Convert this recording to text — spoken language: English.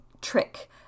trick